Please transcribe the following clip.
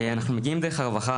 אנחנו מגיעים דרך הרווחה,